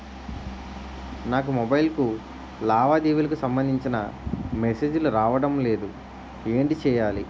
నాకు మొబైల్ కు లావాదేవీలకు సంబందించిన మేసేజిలు రావడం లేదు ఏంటి చేయాలి?